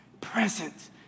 present